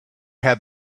had